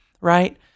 right